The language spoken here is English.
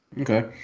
Okay